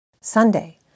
Sunday